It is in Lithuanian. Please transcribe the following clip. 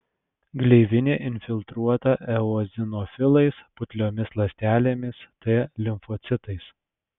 gleivinė infiltruota eozinofilais putliomis ląstelėmis t limfocitais